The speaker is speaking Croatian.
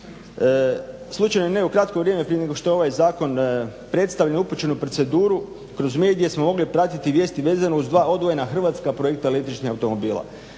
Slučajno ili ne u kratko vrijeme prije nego što je ovaj zakon predstavljen i upućen u proceduru kroz medije smo mogli pratiti vijesti vezano uz dva odvojena hrvatska projekta električnih automobila.